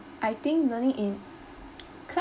I think learning in